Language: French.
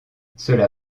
cela